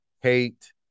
hate